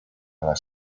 las